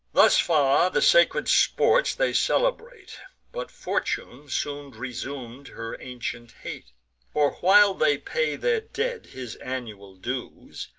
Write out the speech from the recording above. thus far the sacred sports they celebrate but fortune soon resum'd her ancient hate for, while they pay the dead his annual dues,